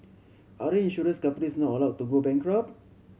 aren't insurance companies not allowed to go bankrupt